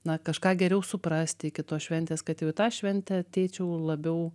na kažką geriau suprasti iki tos šventės kad jau į tą šventę ateičiau labiau